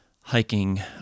hiking